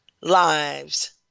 lives